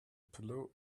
pillow